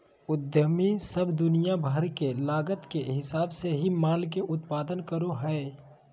उद्यमी सब दुनिया भर के लागत के हिसाब से ही माल के उत्पादन करो हय